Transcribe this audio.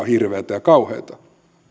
hirveätä ja kauheata